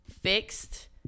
fixed